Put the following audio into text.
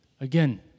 Again